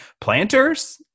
planters